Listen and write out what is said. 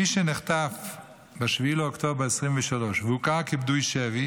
מי שנחטף ב-7 באוקטובר 2023 והוכר כפדוי שבי